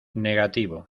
negativo